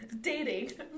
dating